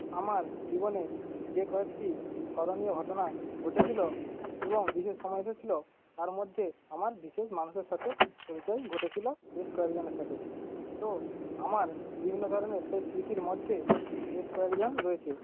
আমার জীবনে যে কয়েকটি স্মরণীয় ঘটনা ঘটেছিল এবং বিশেষ সময় এসেছিল তার মধ্যে আমার বিশেষ মানুষের সাথে পরিচয় ঘটেছিল বেশ কয়েকজনের সাথে তো আমার বিভিন্ন ধরনের সেই স্মৃতির মধ্যে বেশ কয়েকজন রয়েছে